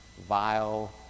vile